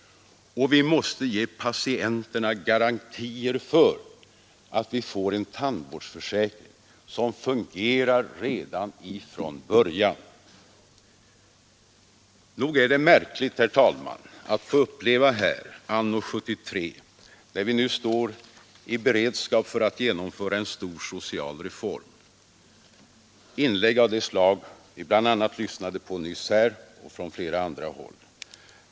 Och vi måste ge patienterna garantier för att vi får en tandvårdsförsäkring som fungerar redan ifrån början. Nog är det märkligt, herr talman, att få uppleva här, anno 1973, när vi står beredda att genomföra en stor social reform, inlägg av det slag som vi lyssnade på nyss och som vi har hört från flera andra håll.